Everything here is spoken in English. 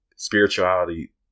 Spirituality